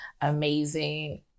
amazing